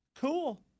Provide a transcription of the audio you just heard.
cool